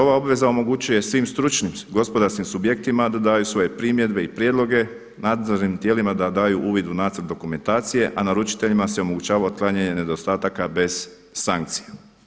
Ova obveza omogućuje svim stručnim gospodarskim subjektima da daju svoje primjedbe i prijedloge, nadzornim tijelima da daju uvid u nacrt dokumentacije, a naručiteljima se omogućava otklanjanje nedostataka bez sankcija.